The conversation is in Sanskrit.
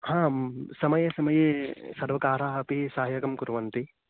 हां समये समये सर्वकाराः अपि सहायं कुर्वन्ति